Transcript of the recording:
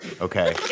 okay